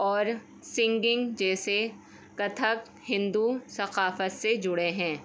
اور سنگنگ جیسے کتھک ہندو ثقافت سے جڑے ہیں